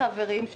חברים,